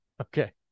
Okay